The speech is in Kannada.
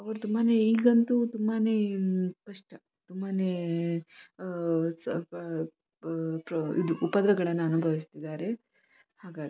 ಅವ್ರು ತುಂಬಾ ಈಗಂತೂ ತುಂಬಾ ಕಷ್ಟ ತುಂಬಾ ಇದು ಉಪದ್ರವಗಳನ್ನ ಅನುಭವಿಸ್ತಿದ್ದಾರೆ ಹಾಗಾಗಿ